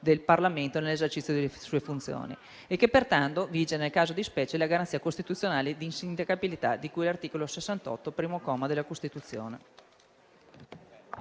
del Parlamento nell'esercizio delle sue funzioni e che pertanto viga nel caso di specie la garanzia costituzionale di insindacabilità, di cui all'articolo 68, primo comma, della Costituzione.